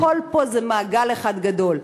הכול פה זה מעגל אחד גדול.